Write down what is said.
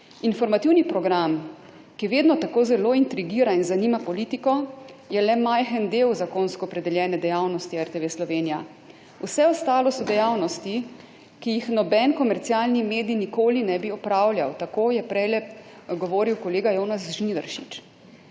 Informativni program, ki vedno tako zelo intrigira in zanima politiko, je le majhen del zakonsko opredeljene dejavnosti RTV Slovenija, vse ostalo so dejavnosti, ki jih noben komercialni medij nikoli ne bi opravljal, tako je maloprej govoril kolega Jonas Žnidaršič,